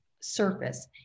surface